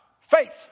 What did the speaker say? Faith